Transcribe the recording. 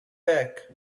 back